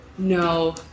no